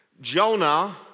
Jonah